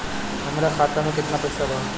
हमरा खाता में केतना पइसा बा?